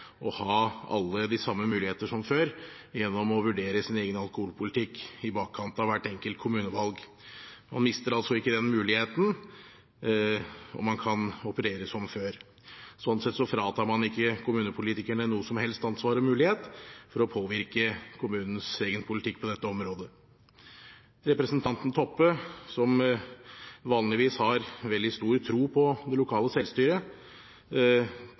ha de samme mulighetene som før gjennom å vurdere sin egen alkoholpolitikk i bakkant av hvert enkelt kommunevalg. Man mister altså ikke den muligheten, og man kan operere som før. Sånn sett fratar man ikke kommunepolitikerne noe om helst ansvar og mulighet for å påvirke kommunens egen politikk på dette området. Representanten Toppe, som vanligvis har veldig stor tro på det lokale selvstyret,